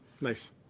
nice